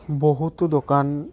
বহুতো দোকান